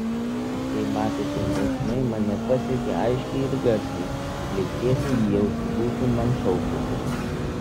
o štai matėsi šauksmai mane pasiekė aiškiai ir garsiai lyg tiesiai į ausį būtų man šaukusi